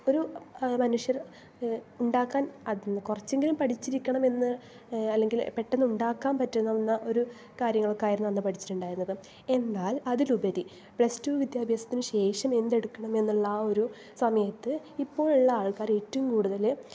ഒരു മനുഷ്യർ ഉണ്ടാക്കാൻ കുറച്ചെങ്കിലും പഠിച്ചിരിക്കണമെന്ന് അല്ലെങ്കിൽ പെട്ടെന്ന് ഉണ്ടാക്കാൻ പറ്റുമെന്ന് ഒരു കാര്യങ്ങളൊക്കെ ആയിരുന്നു അന്ന് പഠിച്ചിട്ടുണ്ടായിരുന്നത് എന്നാൽ അതിലുപരി പ്ലസ് ടു വിദ്യാഭ്യാസത്തിന് ശേഷം എന്തെടുക്കണമെന്നുള്ള ആ ഒരു സമയത്ത് ഇപ്പോൾ ഉള്ള ആൾക്കാർ ഏറ്റവും കൂടുതൽ